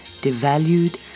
devalued